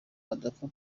adapfa